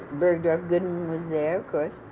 bergdorf goodman was there, of course.